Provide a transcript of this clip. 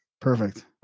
Perfect